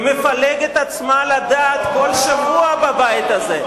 היא מפלגת עצמה לדעת כל שבוע בבית הזה.